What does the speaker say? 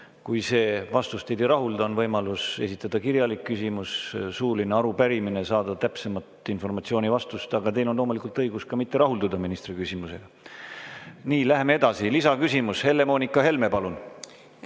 Kui see vastus teid ei rahulda, on võimalus esitada kirjalik küsimus, suuline arupärimine, saada täpsemat informatsiooni ja vastust. Aga teil on loomulikult õigus ka mitte rahulduda ministri [vastusega] küsimusele. Nii, läheme edasi. Lisaküsimus, Helle-Moonika Helme, palun!